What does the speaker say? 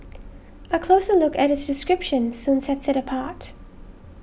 a closer look at its description soon sets it apart